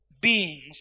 beings